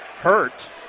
Hurt